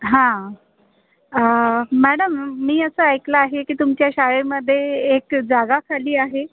हां अं मॅडम मी असं ऐकलं आहे की तुमच्या शाळेमधे एक जागा खाली आहे